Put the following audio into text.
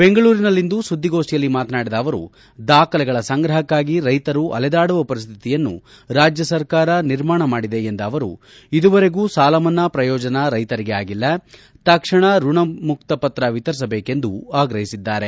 ಬೆಂಗಳೂರಿನಲ್ಲಿಂದು ಸುದ್ದಿಗೋಷ್ಠಿಯಲ್ಲಿ ಮಾತನಾದಿದ ಅವರು ದಾಖಲೆಗಳ ಸಂಗ್ರಹಕ್ಕಾಗಿ ರೈತರು ಅಲೆದಾಡುವ ಪರಿಸ್ಥಿತಿಯನ್ನು ರಾಜ್ಯ ಸರ್ಕಾರ ನಿರ್ಮಾಣ ಮಾಡಿದೆ ಎಂದ ಅವರು ಇದುವರೆಗೂ ಸಾಲಮನ್ನಾ ಪ್ರಯೋಜನ ರೈತರಿಗೆ ಆಗಿಲ್ಲ ತಕ್ಷಣ ಋಣಮುಕ್ತ ಪತ್ರ ವಿತರಿಸಬೇಕೆಂದು ಆಗ್ರಹಿಸಿದ್ದಾರೆ